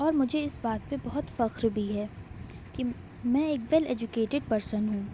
اور مجھے اس بات پہ بہت فخر بھی ہے کہ میں ایک ویل ایجوکیٹڈ پرسن ہوں